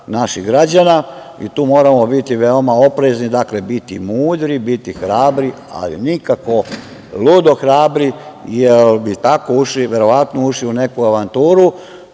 naših građana. Tu moramo biti veoma oprezni, dakle, biti mudri, biti hrabri, ali nikako ludo hrabri, jer bi tako ušli verovatno u neku avanturu